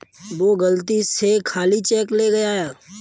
वो गलती से खाली चेक ले गया